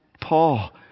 paul